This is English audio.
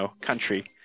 country